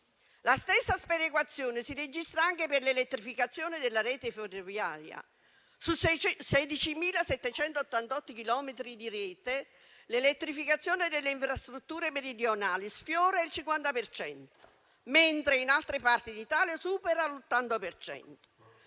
La stessa speculazione si registra anche per l'elettrificazione della rete ferroviaria; su 16.788 chilometri di rete l'elettrificazione delle infrastrutture meridionali sfiora il 50 per cento, mentre in altre parti d'Italia supera l'80